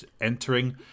entering